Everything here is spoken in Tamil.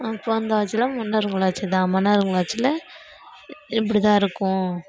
அப்போ இருந்த ஆட்சி எல்லாம் மன்னர்கள் ஆட்சி தான் மன்னர்கள் ஆட்சியில இப்படி தான் இருக்கும்